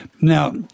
Now